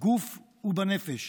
בגוף ובנפש,